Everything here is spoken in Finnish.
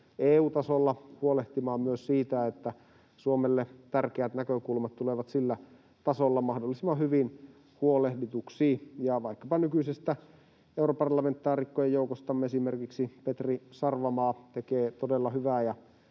EU-tasolla huolehtimaan myös siitä, että Suomelle tärkeät näkökulmat tulevat sillä tasolla mahdollisimman hyvin huolehdituiksi. Vaikkapa nykyisestä europarlamentaarikkojen joukostamme esimerkiksi Petri Sarvamaa tekee todella hyvää